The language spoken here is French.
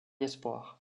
espoirs